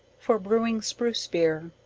for brewing spruce beer.